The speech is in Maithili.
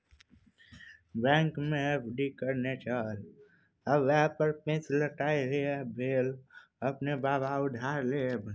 बैंकमे एफ.डी करेने छल आब वैह पर पैंच लेताह यैह भेल अपने पाय उधार लेब